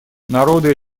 народы